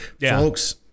Folks